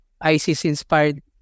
ISIS-inspired